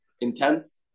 intense